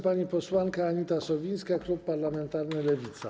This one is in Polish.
Pani posłanka Anita Sowińska, klub parlamentarny Lewica.